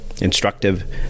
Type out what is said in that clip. instructive